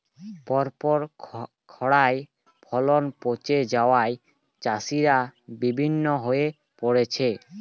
পরপর খড়ায় ফলন পচে যাওয়ায় চাষিরা বিষণ্ণ হয়ে পরেছে